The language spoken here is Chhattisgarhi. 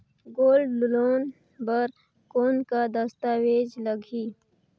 गोल्ड लोन बर कौन का दस्तावेज लगही?